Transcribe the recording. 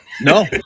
no